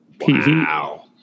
wow